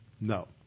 No